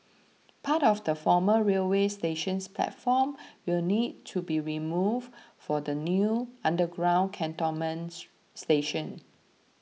part of the former railway station's platform will need to be removed for the new underground cantonment station